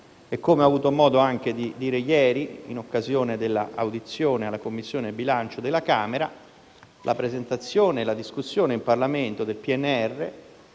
Come ho avuto modo di dire anche ieri in occasione dell'audizione alla Commissione bilancio della Camera, la presentazione e la discussione in Parlamento del Piano